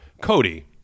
Cody